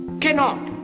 cannot,